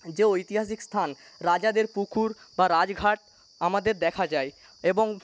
যে ঐতিহাসিক স্থান রাজাদের পুকুর বা রাজঘাট আমাদের দেখা যায় এবং